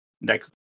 Next